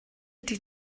ydy